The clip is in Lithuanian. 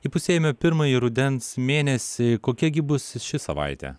įpusėjome pirmąjį rudens mėnesį kokia gi bus ši savaitė